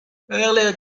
earlier